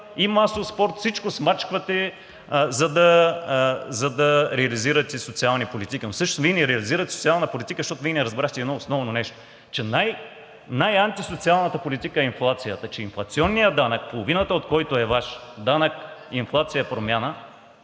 и масов спорт. Всичко смачквате, за да реализирате социални политики. Но всъщност Вие не реализирате социална политика, защото Вие не разбрахте едно основно нещо, че най-антисоциалната политика и инфлацията, че инфлационният данък, половината от който е Ваш – данък инфлация „промяна“